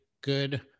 good